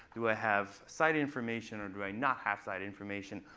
do i have side information, or do i not have side information,